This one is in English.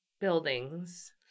buildings